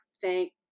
thank